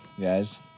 guys